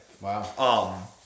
Wow